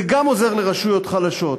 זה גם עוזר לרשויות חלשות,